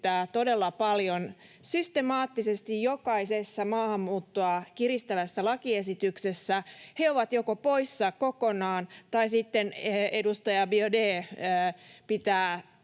todella paljon. Systemaattisesti jokaisessa maahanmuuttoa kiristävässä lakiesityksessä he ovat joko poissa kokonaan, tai sitten edustaja Biaudét pitää